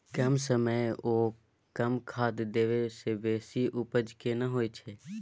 कम समय ओ कम खाद देने से बेसी उपजा केना होय छै?